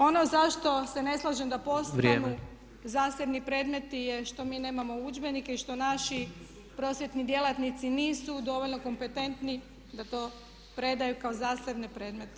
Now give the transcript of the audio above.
Ono za što se ne slažem da postanu zasebni predmeti je što mi nemamo udžbenike i što naši prosvjedni djelatnici nisu dovoljno kompetentni da to predaju kao zasebne predmete.